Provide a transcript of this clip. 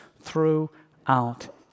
throughout